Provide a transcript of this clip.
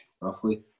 roughly